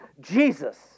Jesus